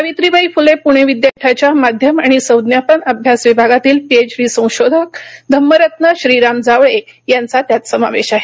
सावित्रीबाई फुले पुणे विद्यापीठाच्या माध्यम आणि संज्ञापन अभ्यास विभागातील पीएचडी संशोधक धम्मरत्न श्रीराम जावळे यांचा त्यात समावेश आहे